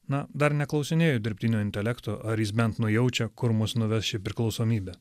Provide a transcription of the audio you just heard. na dar neklausinėju dirbtinio intelekto ar jis bent nujaučia kur mus nuves ši priklausomybė